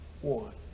one